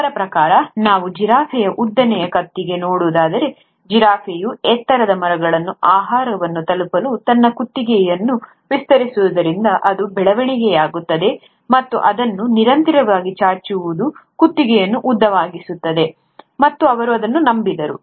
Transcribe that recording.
ಅವರ ಪ್ರಕಾರ ನಾವು ಜಿರಾಫೆಯ ಉದ್ದನೆಯ ಕುತ್ತಿಗೆಯನ್ನು ನೋಡಿದರೆ ಜಿರಾಫೆಯು ಎತ್ತರದ ಮರಗಳ ಆಹಾರವನ್ನು ತಲುಪಲು ತನ್ನ ಕುತ್ತಿಗೆಯನ್ನು ವಿಸ್ತರಿಸುವುದರಿಂದ ಅದು ಬೆಳವಣಿಗೆಯಾಗುತ್ತದೆ ಮತ್ತು ಅದನ್ನು ನಿರಂತರವಾಗಿ ಚಾಚುವುದು ಕುತ್ತಿಗೆಯನ್ನು ಉದ್ದವಾಗಿಸುತ್ತದೆ ಮತ್ತು ಅವರು ನಂಬಿದ್ದರು